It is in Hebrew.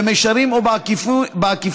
במישרין או בעקיפין,